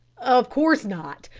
of course not.